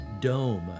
Dome